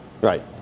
Right